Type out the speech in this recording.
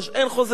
אין חוזה.